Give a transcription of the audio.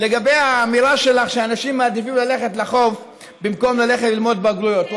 לגבי האמירה שלך שאנשים מעדיפים ללכת לחוף במקום ללכת ללמוד לבגרויות.